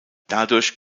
dadurch